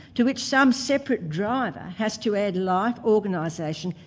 to which some separate driver has to add life, organisation,